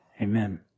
Amen